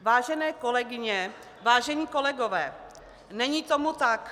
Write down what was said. Vážené kolegyně, vážení kolegové, není tomu tak.